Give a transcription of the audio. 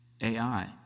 AI